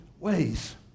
Ways